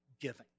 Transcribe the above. giving